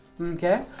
Okay